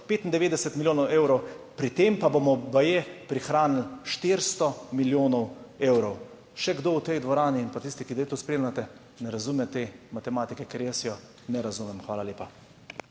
695 milijonov evrov, pri tem pa bomo baje prihranili 400 milijonov evrov. Ali še kdo v tej dvorani ali tisti, ki zdaj to spremljate, ne razume te matematike? Ker jaz je ne razumem. Hvala lepa.